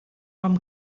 com